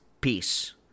peace